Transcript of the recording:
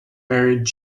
married